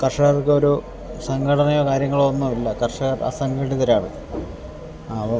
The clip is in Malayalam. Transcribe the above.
കർഷകർക്കോരോ സംഘടനയോ കാര്യങ്ങളോ ഒന്നും ഇല്ല കർഷകർ അസംഘടിതരാണ് അപ്പം